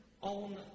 on